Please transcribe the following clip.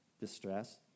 distress